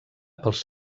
pels